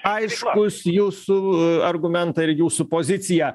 aiškūs jūsų argumentai ir jūsų pozicija